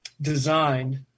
designed